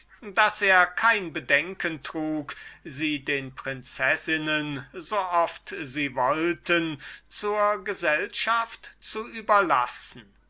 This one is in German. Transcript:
daß er in der folge kein bedenken trug sie den prinzessinnen so oft sie wollten zur gesellschaft zu überlassen